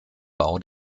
bau